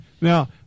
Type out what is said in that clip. Now